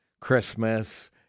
Christmas